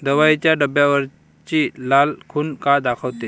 दवाईच्या डब्यावरची लाल खून का दाखवते?